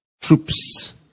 troops